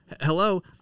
hello